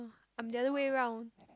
I'm the other way round